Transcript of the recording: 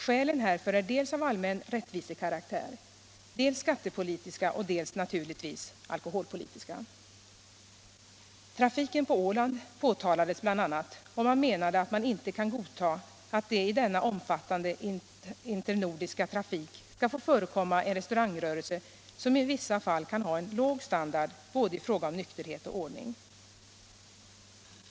Skälen härför är dels av allmän rättvisekaraktär, dels skattepolitiska och dels naturligtvis alkoholpolitiska! Trafiken på Åland påtalades bl.a., och man menade att man inte kan godta att det i denna omfattande internordiska trafik skall få förekomma en restaurangrörelse som i vissa fall kan ha en låg standard i fråga om både nykterhet och ordning.